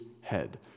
head